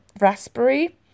raspberry